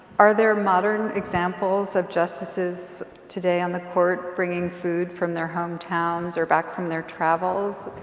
are there modern examples of justices today on the court bringing food from their home towns or back from their travels?